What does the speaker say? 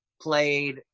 played